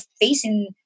facing